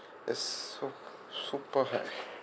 is sup~ super high